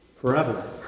Forever